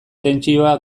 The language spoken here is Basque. tentsioa